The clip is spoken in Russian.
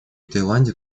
таиланде